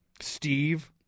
Steve